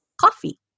coffee